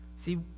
see